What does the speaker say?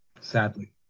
Sadly